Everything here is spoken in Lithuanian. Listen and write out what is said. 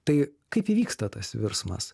tai kaip įvyksta tas virsmas